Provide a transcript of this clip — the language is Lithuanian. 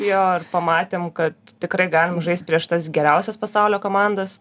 jo ir pamatėm kad tikrai galim žaist prieš tas geriausias pasaulio komandas